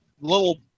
little